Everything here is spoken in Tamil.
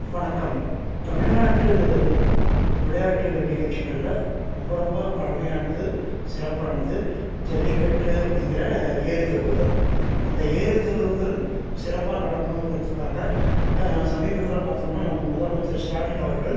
வணக்கம் தமிழ்நாட்டு விளையாட்டு நிகழ்ச்சிகளில் ரொம்ப ரொம்ப பழமையானது சிறப்பானது ஜல்லிக்கட்டு அப்படிங்கிற ஏறு தழுவுதல் அந்த ஏறு தழுவுதல் சிறப்பாக நடக்கணுங்கிறத்துக்காக சமீபத்தில் பார்த்தோம்னா நம்ம முதலமைச்சர் ஸ்டாலின் அவர்கள்